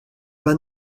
pas